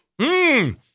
Mmm